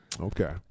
Okay